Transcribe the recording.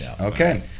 Okay